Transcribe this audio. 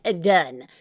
done